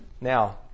Now